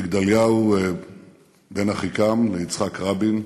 מגדליהו בן אחיקם ליצחק רבין,